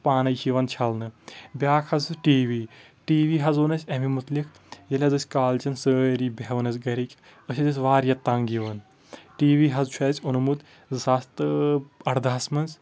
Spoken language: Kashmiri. تہٕ پانے چھِ یِوان چھلنہٕ بیٛاکھ حظ ٹی وی ٹی وی حظ اوٚن اسہِ امہِ مُتعلِق ییٚلہِ حظ أسۍ کالچن سٲری بٮ۪ہوان ٲسۍ گرِکۍ أسۍ حظ ٲسۍ واریاہ تنٛگ یِوان ٹی وی حظ چھُ اسہِ اوٚنمُت زٕ ساس تہٕ اردہس منٛز